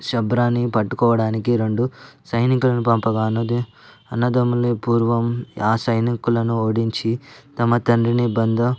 శంభాజీ పట్టుకోవడానికి రెండు సైనికులను పంపగా అది అన్నదమ్ములని పూర్వం ఆ సైనికులను ఓడించి తమ తండ్రిని బంధ